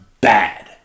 bad